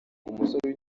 umusore